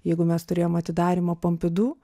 jeigu mes turėjom atidarymą pompidu